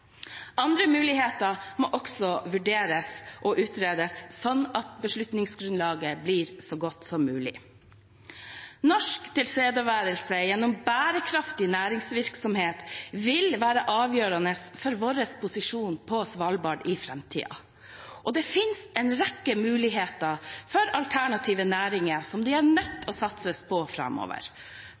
Andre muligheter må også vurderes og utredes, sånn at beslutningsgrunnlaget blir så godt som mulig. Norsk tilstedeværelse gjennom bærekraftig næringsvirksomhet vil være avgjørende for vår posisjon på Svalbard i framtiden. Det finnes en rekke muligheter for alternative næringer som en er nødt til å satse på framover.